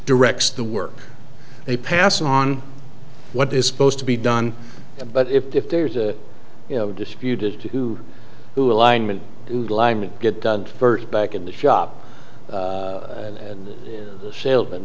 directs the work they pass on what is supposed to be done but if there's a dispute as to who alignment get done first back in the shop and the salesman